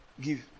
Give